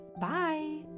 Bye